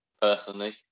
personally